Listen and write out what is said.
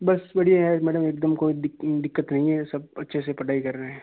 बस बढ़िया है मैडम एकदम कोई दिक दिक्कत नहीं है सब अच्छे से पढ़ाई कर रहे हैं